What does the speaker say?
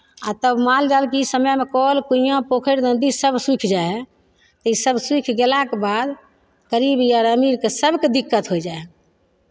आ तब माल जालके ई समयमे कल कुइआँ पोखरि नदी सभ सुखि जाइ हइ तऽ ईसभ सुखि गेलाक बाद गरीब अर अमीर सभकेँ दिक्कत होय जाइ हइ